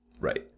Right